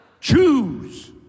Choose